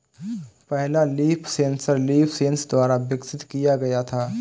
पहला leaf sensor LeafSense द्वारा विकसित किया गया था